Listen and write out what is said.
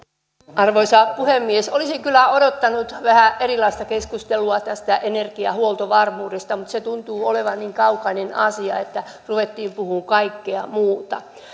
arvoisa puhemies olisin kyllä odottanut vähän erilaista keskustelua tästä energiahuoltovarmuudesta mutta se tuntuu olevan niin kaukainen asia että ruvettiin puhumaan kaikkea muuta